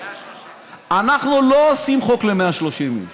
130. אנחנו לא עושים חוק ל-130 איש.